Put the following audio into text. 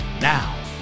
Now